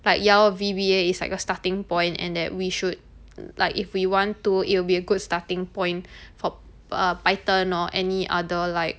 like ya lor V_B_A it's like a starting point and that we should like if we want to it will be a good starting point for err python or any other like